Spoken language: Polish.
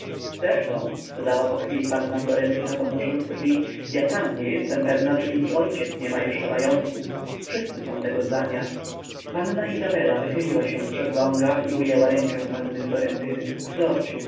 zresztą dodała pochwili panna florentyna podnosząc brwi ja sama nie jestem pewna czy i ojciec nie ma jeszcze majątku wszyscy są tego zdania panna izabela wychyliła się z szesląga i ujęła rękę panny florentyny florciu